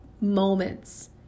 moments